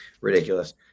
Ridiculous